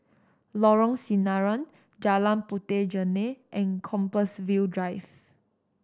Lorong Sinaran Jalan Puteh Jerneh and Compassvale Drive